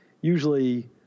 usually